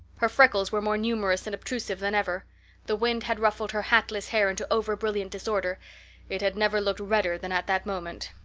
her freckles were more numerous and obtrusive than ever the wind had ruffled her hatless hair into over-brilliant disorder it had never looked redder than at that moment.